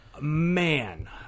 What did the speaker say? man